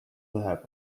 läheb